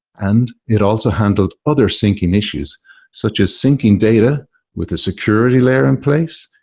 and it also handled other synching issues such as synching data with a security layer in place,